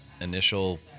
initial –